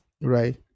Right